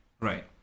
Right